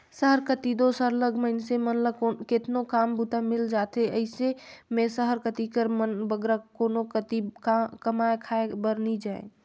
सहर कती दो सरलग मइनसे मन ल केतनो काम बूता मिल जाथे अइसे में सहर कती कर मन बगरा कोनो कती कमाए खाए बर नी जांए